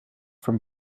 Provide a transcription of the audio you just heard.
from